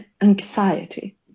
anxiety